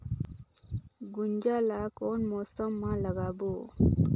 गुनजा ला कोन मौसम मा लगाबो?